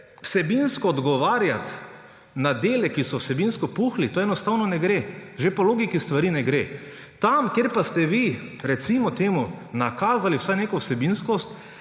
Vsebinsko odgovarjati na dele, ki so vsebinsko puhli, enostavno ne gre. Že po logiki stvari ne gre. Tam, kjer ste vi, recimo temu, nakazali vsaj neko vsebinskost,